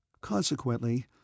consequently